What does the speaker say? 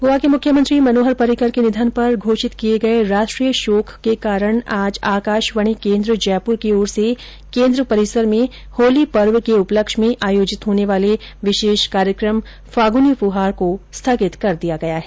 गोवा के मुख्यमंत्री मनोहर पर्रिकर के निधन पर घोषित किये गये राष्ट्रीय शोक के कारण आज आकाशवाणी केन्द्र जयपुर की ओर से केन्द्र परिसर में होली पर्व के उपलक्ष्य में आयोजित होने वाले विशेष कार्यक्रम फाग्नी फ्हार को स्थगित कर दिया गया है